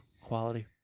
Quality